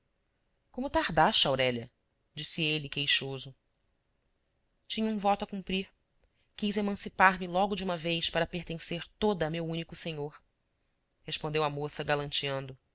cadeiras como tardaste aurélia disse ele queixoso tinha um voto a cumprir quis emancipar me logo de uma vez para pertencer toda a meu único senhor respondeu a moça